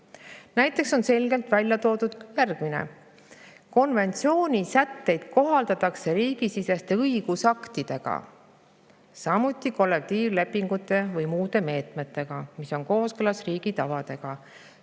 Näiteks on selgelt välja toodud järgmine: konventsiooni sätteid kohaldatakse riigisiseste õigusaktidega, samuti kollektiivlepingute või muude meetmetega, mis on kooskõlas riigi tavadega,